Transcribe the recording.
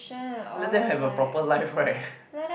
let them have a proper life right